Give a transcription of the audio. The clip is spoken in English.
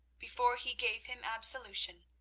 before he gave him absolution,